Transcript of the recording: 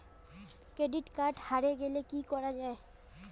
Credit card হারে গেলে কি করা য়ায়?